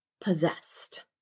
possessed